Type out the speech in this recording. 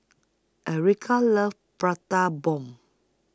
Erika loves Prata Bomb